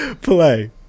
Play